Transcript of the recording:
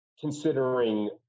considering